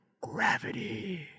Gravity